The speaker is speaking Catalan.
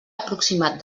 aproximat